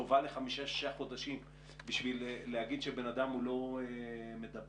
טובה לחמישה-שישה חודשים בשביל להגיד שבן אדם הוא לא מידבק,